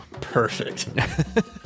perfect